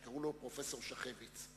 שקראו לו פרופסור שכביץ.